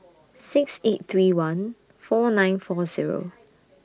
six eight three one four nine four Zero